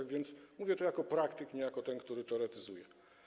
A więc mówię to jako praktyk, nie jako ten, kto teoretyzuje.